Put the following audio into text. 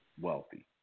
wealthy